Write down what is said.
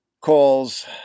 calls